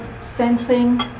sensing